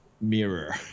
mirror